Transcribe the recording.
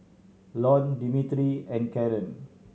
Lorne Demetri and Karon